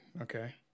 Okay